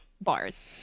bars